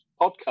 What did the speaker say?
podcast